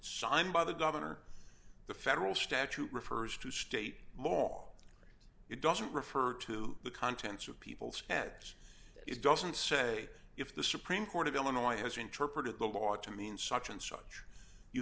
i'm by the gov the federal statute refers to state mall it doesn't refer to the contents of people's heads it doesn't say if the supreme court of illinois has interpreted the law to mean such and such you